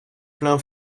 plein